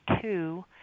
two